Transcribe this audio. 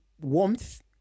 warmth